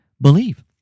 believe